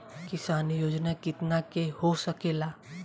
किसान योजना कितना के हो सकेला?